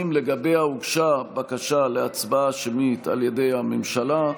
20 הוגשה בקשה להצבעה שמית על ידי הממשלה,